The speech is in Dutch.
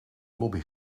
lobby